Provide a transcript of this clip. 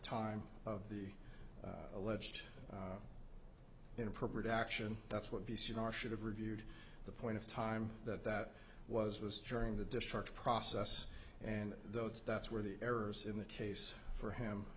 time of the alleged inappropriate action that's what v c r should have reviewed the point of time that that was was during the discharge process and those that's where the errors in the case for him